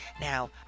Now